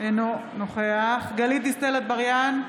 אינו נוכח גלית דיסטל אטבריאן,